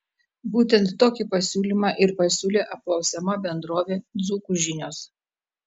būtent tokį pasiūlymą ir pasiūlė apklausiama bendrovė dzūkų žinios